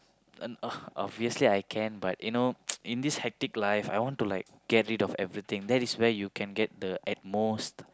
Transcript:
un~ uh obviously I can but you know in this hectic life I want to like get rid of everything that is where you can get the at most